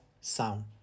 sound